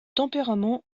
tempérament